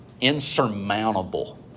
insurmountable